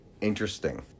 interesting